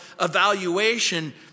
evaluation